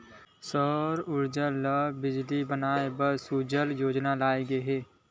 सउर उरजा ले बिजली बनाए बर सउर सूजला योजना लाए गे हे